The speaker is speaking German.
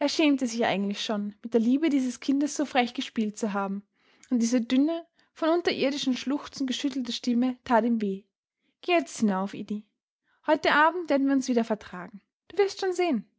er schämte sich eigentlich schon mit der liebe dieses kindes so frech gespielt zu haben und diese dünne von unterirdischem schluchzen geschüttelte stimme tat ihm weh geh jetzt hinauf edi heute abend werden wir uns wieder vertragen du wirst schon sehen